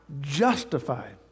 justified